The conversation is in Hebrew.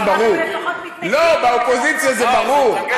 לא, אבל באופוזיציה זה ברור.